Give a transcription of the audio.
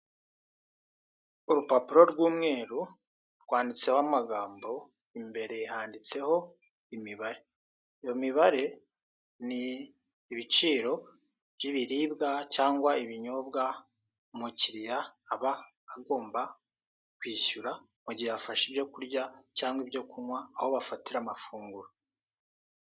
Urupapuro rw'umweru, rwanditseho amagambo, imbere handitseho imibare. Iyo mibare ni ibiciro by'ibiribwa cyangwa ibinyobwa umukiriya aba agomba kwishyura mu gihe yafashe ibyo kurya cyangwa ibyo kunywa, aho bafatira amafunguro.